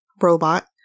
robot